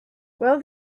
well